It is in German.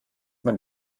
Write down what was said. man